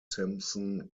simpson